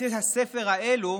בתי הספר האלו,